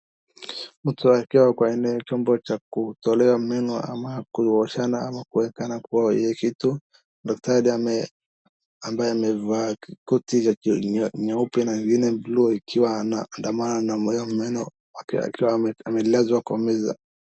Mtu akiwa kweny chumba cha kutolewa meno ama kuoshana ama kuwekana kwenye kitu. Daktari ambaye amevaa koti nyeupe na ingine bluu ikiwa anandamana na hiyo meno akiwa amelazwa kwa meza.